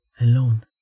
alone